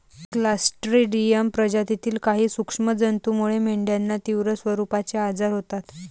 Clostridium प्रजातीतील काही सूक्ष्म जंतूमुळे मेंढ्यांना तीव्र स्वरूपाचे आजार होतात